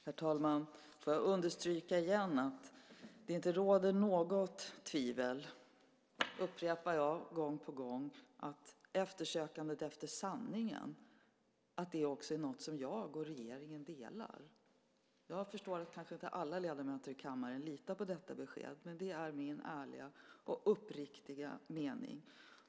Herr talman! Får jag understryka igen att det inte råder något tvivel - jag upprepar det gång på gång - om att eftersökandet efter sanningen är något som jag och regeringen delar. Jag har förstått att kanske inte alla ledamöter i kammaren litar på detta besked, men det är min ärliga och uppriktiga mening.